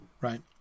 right